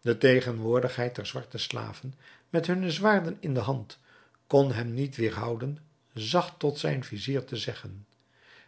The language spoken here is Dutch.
de tegenwoordigheid der zwarte slaven met hunne zwaarden in de hand kon hem niet weerhouden zacht tot zijn vizier te zeggen